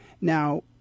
Now